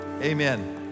Amen